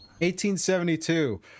1872